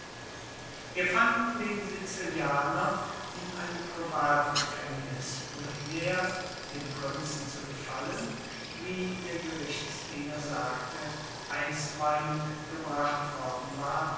wir fanden den sizilianer in einem privatgefängnis wohin er dem prinzen zu gefallen wie der gerichtsdiener sagte einstweilen gebracht worden war